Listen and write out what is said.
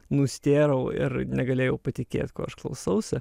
nustėrau ir negalėjau patikėt ko aš klausausi